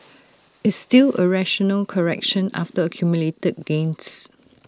it's still A rational correction after accumulated gains